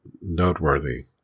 noteworthy